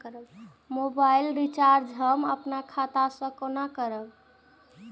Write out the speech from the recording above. Mobile recharge हम आपन खाता से कोना करबै?